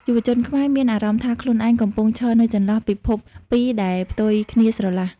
យុវជនខ្មែរមានអារម្មណ៍ថាខ្លួនឯងកំពុងឈរនៅចន្លោះពិភពពីរដែលផ្ទុយគ្នាស្រឡះ។